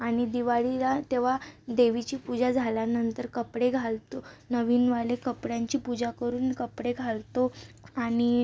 आणि दिवाळीला तेव्हा देवीची पूजा झाल्यानंतर कपडे घालतो नवीनवाले कपड्यांची पूजा करून कपडे घालतो आणि